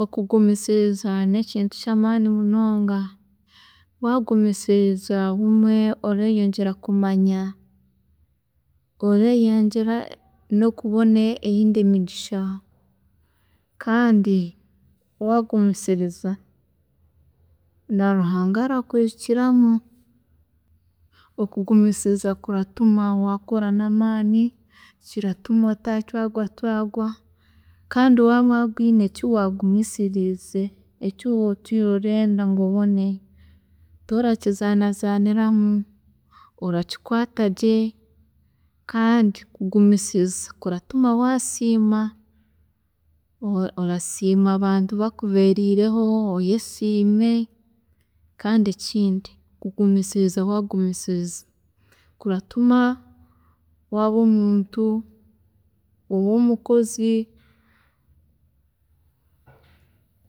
﻿Okugumisiriza nekintu kyamaani munonga, waagumisiriza bumwe oreyongyera kumanya, oreeyongyera nokubona eyindi migisha kandi waagumisiriza na Ruhanga arakwiijukiramu. Okugumisiriza kuratuma wakora namaani, kiratuma otaatwaarwa twaarwa kandi waaba waabwiine eki waagumisiririize, eki waaba owiire orenda ngu obone, torakizaana zaaniramu, orakikwaata gye kandi kugumisiriza kuratuma waasiima, ora- orasiima abantu bakubeeriireho, oyesiime, kandi ekindi okugumisiriza waagumisiriza, kuratuma waaba omuntu owomukozi